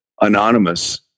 anonymous